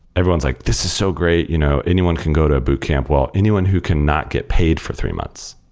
everyone's like, this is so great. you know anyone can go to a boot camp. well, anyone who cannot get paid for three months.